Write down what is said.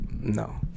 No